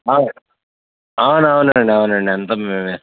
అవునవునండి అవునండి అంత మేమే ఇస్తాం